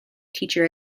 teacher